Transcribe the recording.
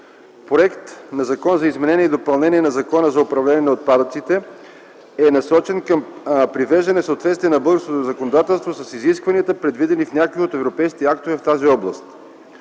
Законопроектът за изменение и допълнение на Закона за управление на отпадъците е насочен към привеждане в съответствие на българското законодателство с изискванията, предвидени в някои от европейските актове в тази област.